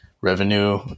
revenue